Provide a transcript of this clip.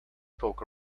poke